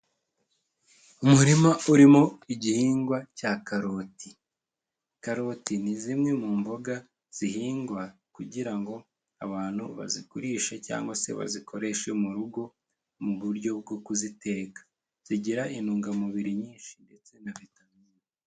Umurima urimo igihingwa cya karoti. Karoti ni zimwe mu mboga zihingwa, kugira ngo abantu bazigurishe cyangwa se bazikoreshe mu rugo, mu buryo bwo kuziteka. Zigira intungamubiri nyinshi ndetse na vitamini.